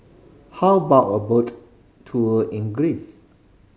how about a boat tour in Greece